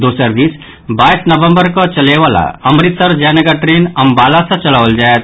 दोसर दिस बाइस नवम्बर कऽ चलयवला अमृतसर जयनगर ट्रेन अंवाला सँ चलाओल जायत